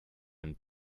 and